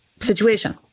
Situation